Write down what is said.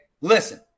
listen